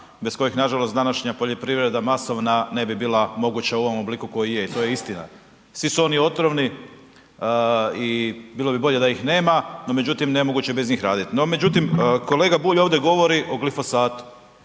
bez kojih nažalost današnja poljoprivreda masovna ne bi bila moguća u ovom obliku koji je i to je istina. Svi su oni otrovni i bilo bi bolje da ih nema, no međutim bez njih je nemoguće raditi. Međutim, kolega Bulj ovdje govori o glifosatu,